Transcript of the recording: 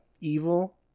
evil